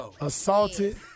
assaulted